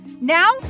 Now